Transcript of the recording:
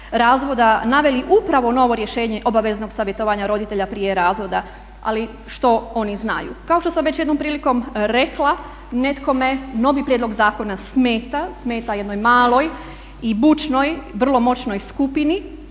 razvoda naveli upravo rješenje obaveznog savjetovanja roditelja prije razvoda? Ali što oni znaju. Kao što sam već jednom prilikom rekla netkome novi prijedlog zakona smeta, smeta jednoj maloj i bučnoj vrlo moćnoj skupini